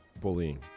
bullying